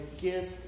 Give